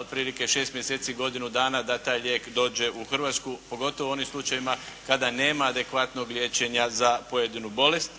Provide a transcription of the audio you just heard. otprilike 6 mjeseci, godinu dana da taj lijek dođe u Hrvatsku, pogotovo u onim slučajevima kada nema adekvatnog liječenja za pojedinu bolest